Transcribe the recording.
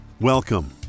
Welcome